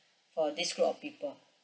for this group of people